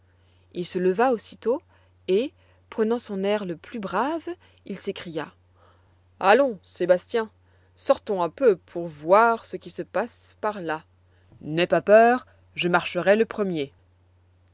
il se leva aussitôt et prenant son air le plus brave il s'écria allons sébastien sortons un peu pour voir ce qui se passe par là n'aie pas peur je marcherai le premier